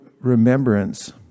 remembrance